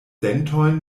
dentojn